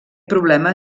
problema